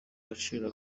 gaciro